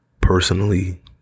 personally